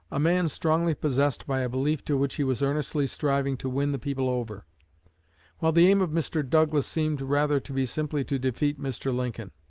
a man strongly possessed by a belief to which he was earnestly striving to win the people over while the aim of mr. douglas seemed rather to be simply to defeat mr. lincoln.